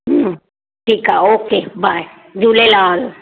ठीकु आहे okay bye Jhulelal